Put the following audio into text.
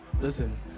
Listen